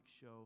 show